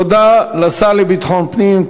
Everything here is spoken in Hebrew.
תודה לשר לביטחון פנים,